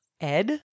Ed